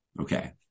okay